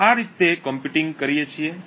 તેથી આ રીતે કમ્પ્યુટિંગ કરીએ છીએ